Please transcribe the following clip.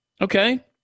Okay